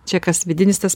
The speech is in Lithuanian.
čia kas vidinis tas